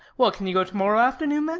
well, can you go tomorrow afternoon, then?